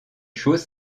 choses